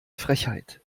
frechheit